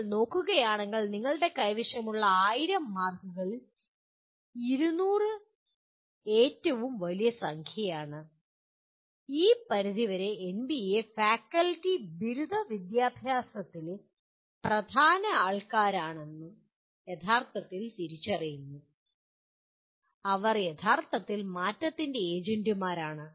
നിങ്ങൾ നോക്കുകയാണെങ്കിൽ നിങ്ങളുടെ കൈവശമുള്ള 1000 മാർക്കുകളിൽ 200 ഏറ്റവും വലിയ സംഖ്യ ആണ് ഈ പരിധി വരെ എൻബിഎ ഫാക്കൽറ്റി ബിരുദ വിദ്യാഭ്യാസത്തിലെ പ്രധാന ആൾക്കാരാണെന്നും യഥാർത്ഥത്തിൽ തിരിച്ചറിയുന്നു അവർ യഥാർത്ഥത്തിൽ മാറ്റത്തിൻ്റെ ഏജന്റുമാരാണ്